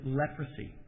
leprosy